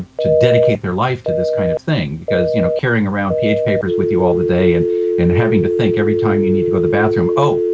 to dedicate their life to this kind of thing, because you know carrying around ph papers with you all the day and and having to think every time you need to go to the bathroom, oh,